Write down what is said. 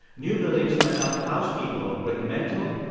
new buildings went up to house people with mental,